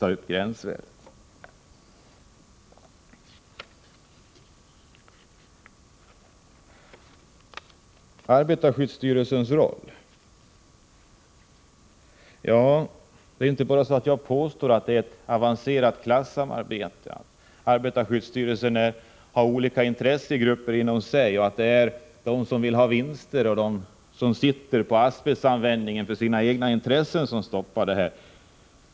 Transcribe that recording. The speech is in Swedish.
När det gäller arbetarskyddsstyrelsens roll är det inte bara så att jag påstår att det är ett avancerat klassamarbete, att arbetarskyddsstyrelsen har olika intressegrupper inom sig och att de som vill ha vinster och de som sitter på asbestanvändningen för sina egna intressen stoppar arbetet.